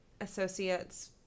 associates